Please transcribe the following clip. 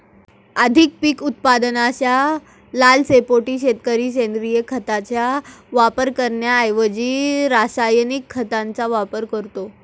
अधिक पीक उत्पादनाच्या लालसेपोटी शेतकरी सेंद्रिय खताचा वापर करण्याऐवजी रासायनिक खतांचा वापर करतो